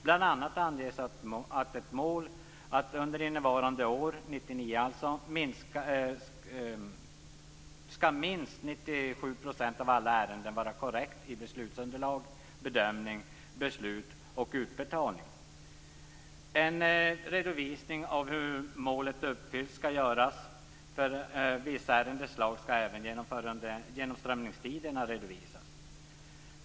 Bl.a. anges som ett mål att under innevarande år skall minst 97 % av alla ärenden vara korrekta i beslutsunderlag, bedömning, beslut och utbetalning. En redovisning av hur målet uppfylls skall göras. För vissa ärendeslag skall även genomströmningstiderna redovisas.